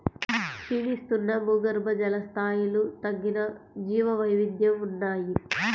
క్షీణిస్తున్న భూగర్భజల స్థాయిలు తగ్గిన జీవవైవిధ్యం ఉన్నాయి